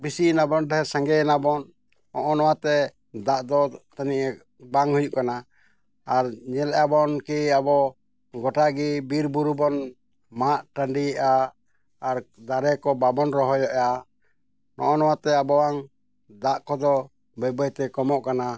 ᱵᱮᱥᱤᱭᱟᱱᱟᱵᱚᱱ ᱰᱷᱮᱨ ᱥᱟᱸᱜᱮᱭᱮᱱᱟᱵᱚᱱ ᱱᱚᱜᱼᱱᱚᱣᱟᱛᱮ ᱫᱟᱜ ᱫᱚ ᱛᱟᱹᱱᱤᱡ ᱵᱟᱝ ᱦᱩᱭᱩᱜ ᱠᱟᱱᱟ ᱟᱨ ᱧᱮᱞᱮᱫᱼᱟᱵᱚᱱ ᱠᱤ ᱟᱵᱚ ᱜᱚᱴᱟᱜᱮ ᱵᱤᱨ ᱵᱩᱨᱩᱵᱚᱱ ᱢᱟᱜ ᱴᱟᱺᱰᱤᱭᱮᱫᱟ ᱟᱨ ᱫᱟᱨᱮ ᱠᱚ ᱵᱟᱵᱚᱱ ᱨᱚᱦᱚᱭᱮᱫᱟ ᱱᱚᱜᱼᱚ ᱱᱚᱣᱟᱛᱮ ᱟᱵᱚᱣᱟᱜ ᱫᱟᱜ ᱠᱚᱫᱚ ᱵᱟᱹᱭ ᱵᱟᱹᱭᱛᱮ ᱠᱚᱢᱚᱜ ᱠᱟᱱᱟ